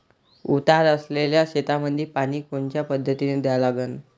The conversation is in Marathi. उतार असलेल्या शेतामंदी पानी कोनच्या पद्धतीने द्या लागन?